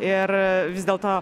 ir vis dėlto